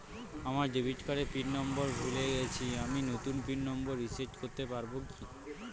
আমার ডেবিট কার্ডের pin number ভুলে গেছি আমি নূতন পিন নম্বর রিসেট করতে পারবো কি?